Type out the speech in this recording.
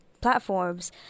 platforms